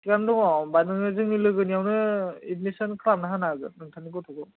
थिगानो दङ होनबा नोङो जोंनि लोगोनियावनो एदमिसन खालामना होनो हागोन नोंथांनि गथ'खौ